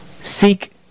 seek